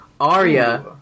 Arya